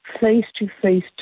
face-to-face